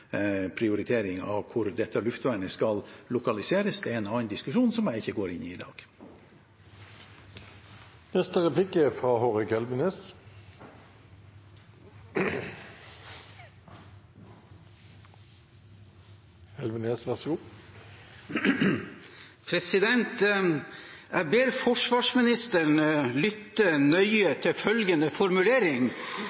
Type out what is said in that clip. hvor dette luftvernet skal lokaliseres. Det er en annen diskusjon, som jeg ikke går inn på i dag. Jeg ber forsvarsministeren lytte nøye til følgende formulering. Det er uttalt fra